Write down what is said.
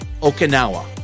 Okinawa